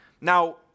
Now